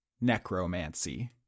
necromancy